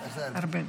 ארבל.